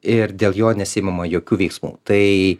ir dėl jo nesiimama jokių veiksmų tai